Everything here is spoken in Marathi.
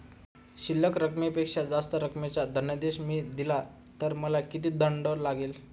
शिल्लक रकमेपेक्षा जास्त रकमेचा धनादेश मी दिला तर मला किती दंड लागेल?